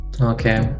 okay